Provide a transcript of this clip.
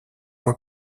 mois